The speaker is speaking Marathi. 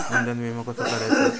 ऑनलाइन विमो कसो काढायचो?